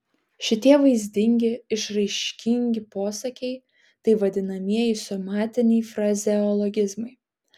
šitie vaizdingi išraiškingi posakiai tai vadinamieji somatiniai frazeologizmai